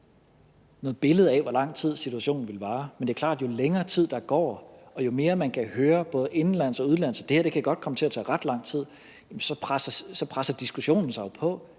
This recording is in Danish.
noget billede af, hvor lang tid situationen ville vare. Men det er klart, at jo længere tid, der går, og jo mere man kan høre både indenlands og udenlands, at det her godt kan komme til at tage ret lang tid, så presser diskussionen sig jo på.